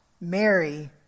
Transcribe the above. Mary